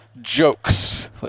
jokes